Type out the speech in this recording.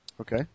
okay